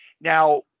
Now